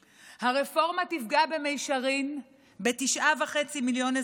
הרפורמה תפגע במישרין בתשעה וחצי מיליון אזרחים,